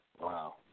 Wow